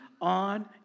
on